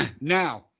Now